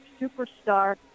superstar